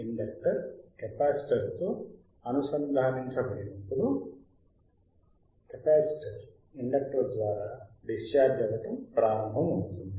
inductor capacitor తో అనుసంధానించబడినప్పుడు capacitor inductor ద్వారా డిశ్చార్జ్ అవ్వటం ప్రారంభమవుతుంది